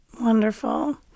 Wonderful